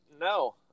no